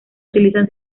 utilizan